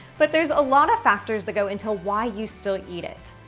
but there is a lot of factors that go into why you still eat it.